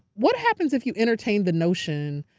what happens if you entertain the notion,